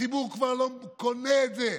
הציבור כבר לא קונה את זה.